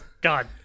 God